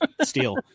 steel